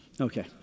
Okay